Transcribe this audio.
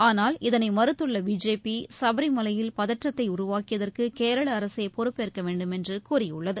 ஆனால் இதனை மறுத்துள்ள பிஜேபி சபரிமலையில் பதற்றத்தை உருவாக்கியதற்கு கேரள அரசே பொறுப்பேற்க வேண்டுமென்று கூறியுள்ளது